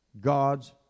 God's